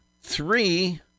three